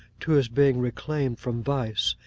to his being reclaimed from vice,